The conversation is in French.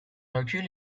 recul